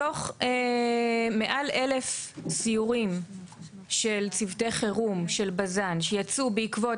מתוך מעל 1,000 סיורים של צוותי חירום של בז"ן שיצאו בעקבות